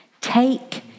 take